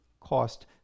cost